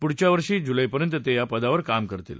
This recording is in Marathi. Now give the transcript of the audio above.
पुढच्या वर्षी जुलैपर्यंत ते या पदावर काम करतील